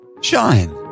Shine